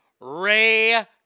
Ray